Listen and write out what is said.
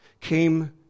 came